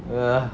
ugh